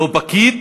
לא פקיד